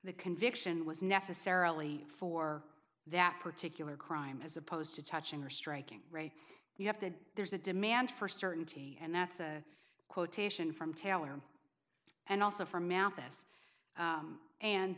the conviction was necessarily for that particular crime as opposed to touching or striking you have to there's a demand for certainty and that's a quotation from taylor and also from malthus